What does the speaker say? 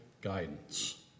guidance